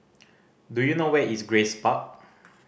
do you know where is Grace Park